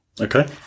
okay